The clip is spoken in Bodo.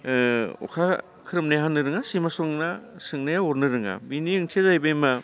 अखा खोरोमनाया हानो रोङा सैमा सोंनाया सोंनाया अरनो रोङा बेनि ओंथिया जाहैबाय मा